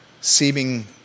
seeming